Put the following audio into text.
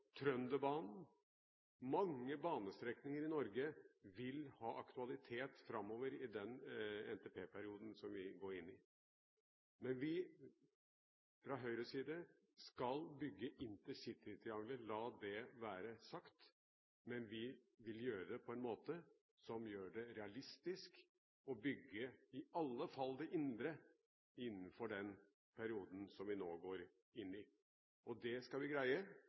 Trønderbanen – mange banestrekninger i Norge vil selvfølgelig ha aktualitet framover i den NTP-perioden som vi går inn i. Vi fra Høyres side skal bygge intercitytriangelet, la det være sagt. Men vi skal gjøre det på en måte som gjør det realistisk å bygge i alle fall det indre innenfor den perioden som vi nå går inn i. Det skal vi greie.